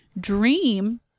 dream